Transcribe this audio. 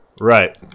Right